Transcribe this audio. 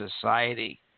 society